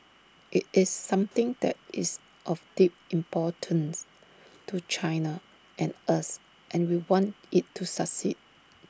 IT is something that is of deep importance to China and us and we want IT to succeed